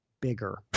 bigger